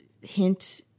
hint